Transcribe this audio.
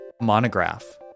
Monograph